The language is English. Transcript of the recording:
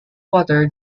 water